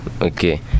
Okay